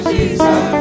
Jesus